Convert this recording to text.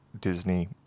disney